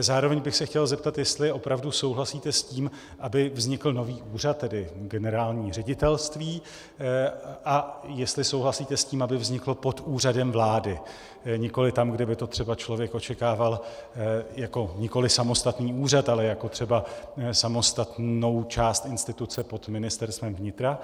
Zároveň bych se chtěl zeptat, jestli opravdu souhlasíte s tím, aby vznikl nový úřad, tedy generální ředitelství, a jestli souhlasíte s tím, aby vznikl pod Úřadem vlády, nikoli tam, kde by to třeba člověk očekával jako nikoli samostatný úřad, ale jako třeba samostatnou část instituce pod Ministerstvem vnitra.